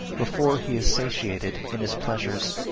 before he is satiated in his pleasures.